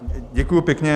Děkuji pěkně.